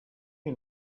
you